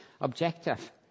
objective